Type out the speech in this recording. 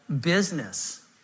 business